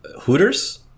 Hooters